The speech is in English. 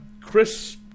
Chris